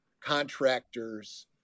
contractors